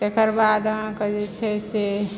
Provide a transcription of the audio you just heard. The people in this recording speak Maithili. तेकरबाद अहाँके जे छै से